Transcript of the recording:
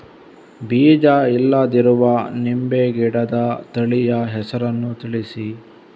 ಬೀಜ ಇಲ್ಲದಿರುವ ನಿಂಬೆ ಗಿಡದ ತಳಿಯ ಹೆಸರನ್ನು ತಿಳಿಸಿ?